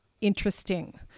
interesting